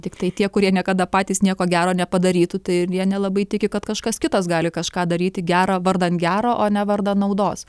tiktai tie kurie niekada patys nieko gero nepadarytų tai ir jie nelabai tiki kad kažkas kitas gali kažką daryti gera vardan gero o ne vardan naudos